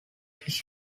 his